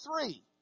three